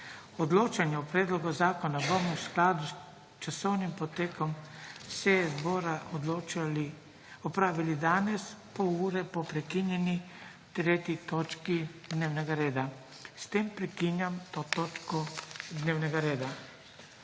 Odločanje o predlogu zakona bomo v skladu s časovnim potekom seje zbora opravili danes, pol ure po prekinjeni 3. točki dnevnega reda. S tem prekinjam to točko dnevnega reda.